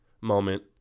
moment